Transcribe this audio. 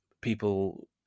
people